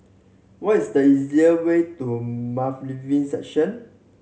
what is the easier way to Bailiff Section